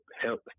help